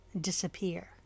disappear